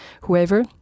whoever